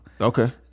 Okay